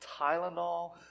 Tylenol